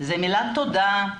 זאת מילת תודה,